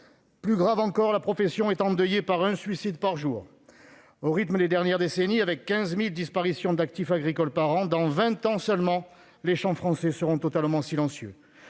Plus grave, la profession est endeuillée par un suicide par jour. Au rythme des dernières décennies, avec 15 000 disparitions d'actifs agricoles par an, dans vingt ans seulement, les champs français seront totalement silencieux.